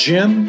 Jim